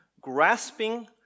Grasping